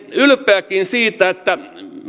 ylpeäkin siitä että